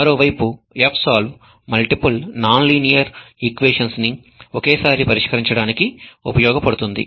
మరోవైపు fsolve multiple non linear equations ని ఒకేసారి పరిష్కరించడానికి ఉపయోగపడుతుంది